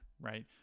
right